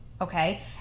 okay